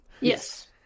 Yes